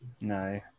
No